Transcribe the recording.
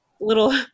Little